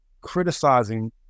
criticizing